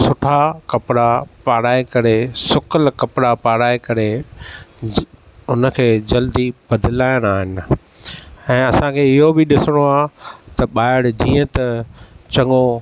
सुठा कपिड़ा पाराए करे सुकल कपिड़ा पाराए करे हुनखे जल्दी बदिलाइणा आहिनि ऐं असांखे इहो बि ॾिसणो आहे त ॿारु जीअं त चङो